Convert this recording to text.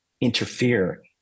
interfere